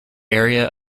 area